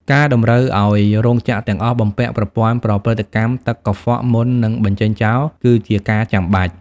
ការតម្រូវឱ្យរោងចក្រទាំងអស់បំពាក់ប្រព័ន្ធប្រព្រឹត្តកម្មទឹកកខ្វក់មុននឹងបញ្ចេញចោល គឺជាការចាំបាច់។